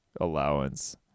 allowance